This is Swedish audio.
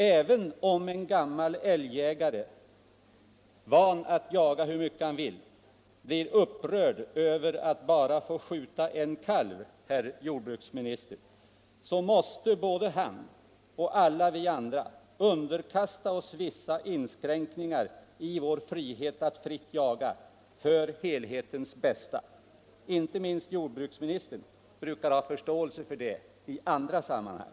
Även om en gammal älgjägare, van att jaga hur mycket han vill, blir upprörd över att bara få skjuta en kalv, herr jordbruksminister, måste både han och alla vi andra för helhetens bästa underkasta oss vissa inskränkningar i vår frihet att fritt jaga. Jordbruksministern brukar i andra sammanhang ha förståelse för sådana synpunkter.